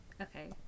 Okay